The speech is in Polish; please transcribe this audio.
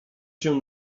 się